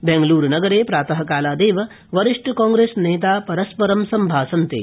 बंगल्रुनगरे प्रात कालादेव वरिष्ठकांग्रेस नेतार परस्परं संभाषन्ते